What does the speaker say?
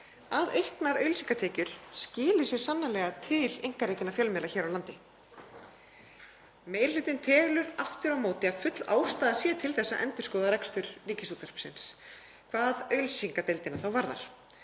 að auknar auglýsingatekjur skili sér sannarlega til einkarekinna fjölmiðla hér á landi. Meiri hlutinn telur aftur á móti að full ástæða sé til að endurskoða rekstur Ríkisútvarpsins hvað auglýsingadeildina varðar